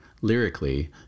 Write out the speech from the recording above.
lyrically